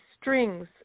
strings